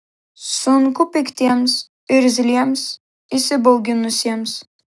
sunku piktiems irzliems įsibauginusiems